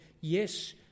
yes